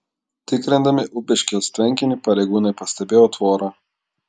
tikrindami ūbiškės tvenkinį pareigūnai pastebėjo tvorą